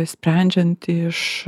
sprendžiant iš